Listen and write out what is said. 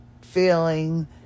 feeling